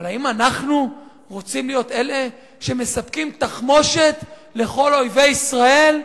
אבל האם אנחנו רוצים להיות אלה שמספקים תחמושת לכל אויבי ישראל,